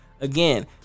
again